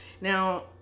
Now